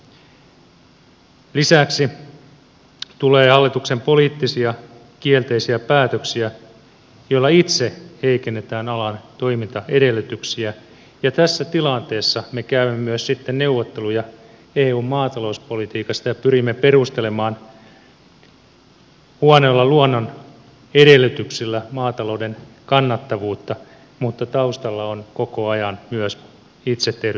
lisäksi tulee hallituksen poliittisia kielteisiä päätöksiä joilla itse heikennetään alan toimintaedellytyksiä ja tässä tilanteessa me käymme myös sitten neuvotteluja eun maatalouspolitiikasta ja pyrimme perustelemaan huonoilla luonnonedellytyksillä maatalouden kannattavuutta mutta taustalla ovat koko ajan myös itse tehdyt poliittiset päätökset